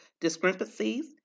discrepancies